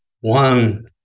one-